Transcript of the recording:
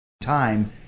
time